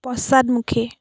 পশ্চাদমুখী